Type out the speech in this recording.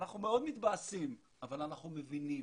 אנחנו מאוד מתבאסים אבל אנחנו מבינים.